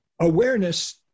awareness